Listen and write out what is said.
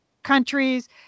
Countries